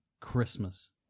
Christmas